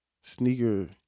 sneaker